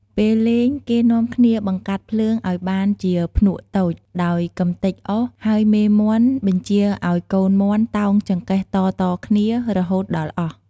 ពេលលេង គេនាំគ្នាបង្កាត់ភ្លើងឲ្យបានជាភ្នក់តូច ដោយកំទេចអុស ហើយមេមាន់បញ្ជាឲ្យកូនមាន់តោងចង្កេះតៗគ្នា រហូតដល់អស់់។